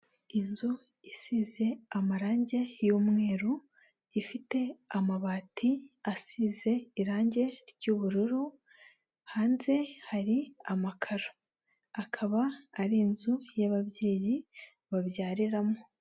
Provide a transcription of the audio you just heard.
Inzu isize amarangi y'umweru, ifite amabati asize irangi ry'ubururu, hanze hari amakaro, akaba ari inzu y'ababyeyi babyariramo.